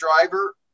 driver